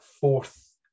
fourth